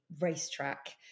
racetrack